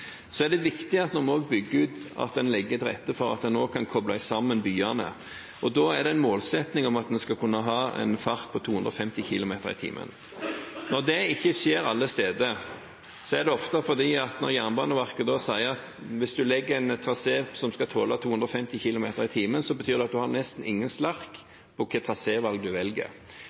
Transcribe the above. Det er viktig når en bygger ut, at en legger til rette for at en også kan koble sammen byene, og da er det en målsetting at en skal kunne ha en fart på 250 km/t. Når det ikke skjer alle steder, er det ofte fordi Jernbaneverket sier at hvis en legger en trasé som skal tåle 250 km/t, betyr det at en har nesten ingen slark